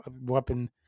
weapon